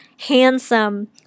handsome